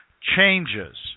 changes